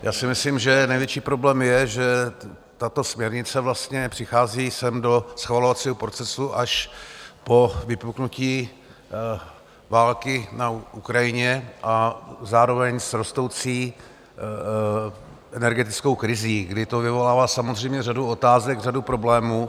Já si myslím, že největší problém je, že tato směrnice vlastně přichází sem do schvalovacího procesu až po vypuknutí války na Ukrajině a zároveň s rostoucí energetickou krizí, kdy to vyvolává řadu otázek, řadu problémů.